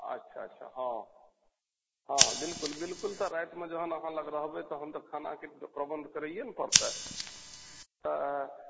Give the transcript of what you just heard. अच्छा अच्छा हँ हॅं हँ बिलकुल बिलकुल तऽ रातिमे जहन अहाँ लग रहबै तहन तऽ खानाके अहाँके प्रबन्ध करैयै ने पड़तै तऽ